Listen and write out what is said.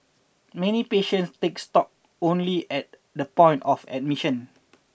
many patients take stock only at the point of admission